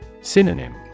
Synonym